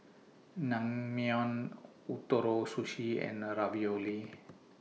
Naengmyeon Ootoro Sushi and Ravioli